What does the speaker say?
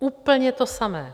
Úplně to samé.